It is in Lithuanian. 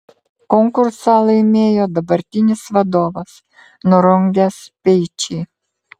konkursą laimėjo dabartinis vadovas nurungęs speičį